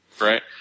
right